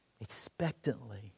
expectantly